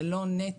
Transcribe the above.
זה לא נטל,